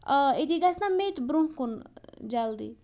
آ أتی گژھِ نا مےٚ تہِ برونٛہہ کُن جلدی